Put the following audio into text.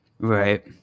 Right